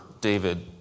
David